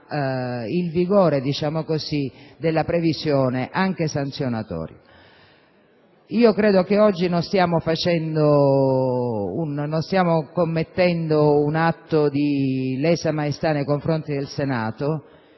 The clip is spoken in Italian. il vigore della previsione anche sanzionatoria. Credo che oggi non stiamo commettendo un atto di lesa maestà nei confronti del Senato.